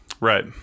Right